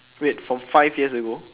wait from five years ago